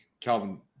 Calvin